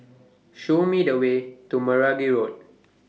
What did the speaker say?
Show Me The Way to Meragi Road